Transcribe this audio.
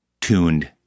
tuned